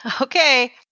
Okay